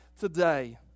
today